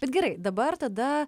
bet gerai dabar tada